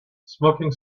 smoking